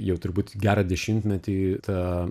jau turbūt gerą dešimtmetį tą